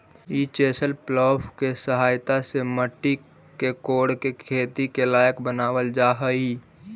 ई chisel plough के सहायता से मट्टी के कोड़के खेती के लायक बनावल जा हई